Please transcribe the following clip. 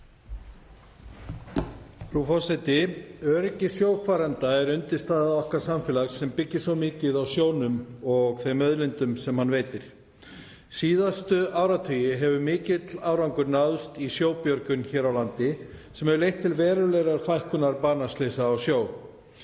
Frú forseti. Öryggi sjófarenda er undirstaða okkar samfélags sem byggir svo mikið á sjónum og þeim auðlindum sem hann veitir. Síðustu áratugi hefur mikill árangur náðst í sjóbjörgun hér á landi sem hefur leitt til verulegrar fækkunar banaslysa á sjó.